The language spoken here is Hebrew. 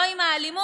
לא עם האלימות,